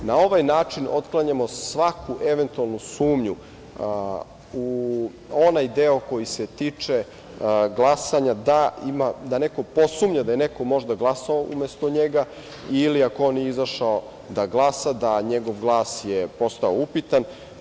Na ovaj način otklanjamo svaku eventualnu sumnju u onaj deo koji se tiče glasanja da neko posumnja da je neko možda glasao umesto njega, ili ako on nije izašao da glasa, da njegov glas je postao upitan.